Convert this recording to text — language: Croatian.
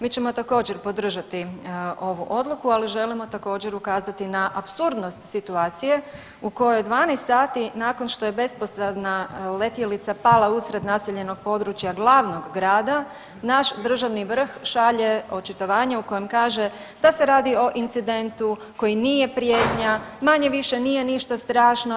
Mi ćemo također podržati ovu odluku, ali želimo također ukazati na apsurdnost situacije u kojoj 12 sati nakon što je bespilotna letjelica pala usred naseljenog područja glavnog grada naš državni vrh šalje očitovanje u kojem kaže da se radi o incidentu koji nije prijetnja, manje-više nije ništa strašno.